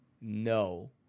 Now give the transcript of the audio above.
No